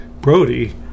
Brody